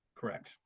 Correct